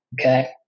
Okay